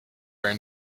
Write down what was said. where